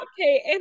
okay